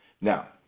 Now